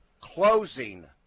closing